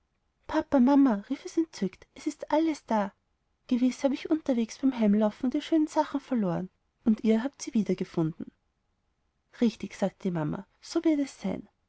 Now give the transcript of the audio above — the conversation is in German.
papa mama rief es entzückt es ist alles da gewiß habe ich unterwegs beim heimlaufen die schönen sachen verloren und ihr habt sie wiedergefun den richtig sagte die mama so wird es sein